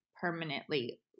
permanently